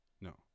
No